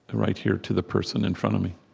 right here to the person in front of me